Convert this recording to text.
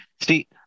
See